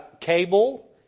cable